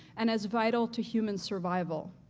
and as vital to human survival.